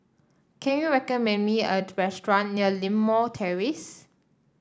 can you recommend me restaurant near Limau Terrace